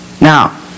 Now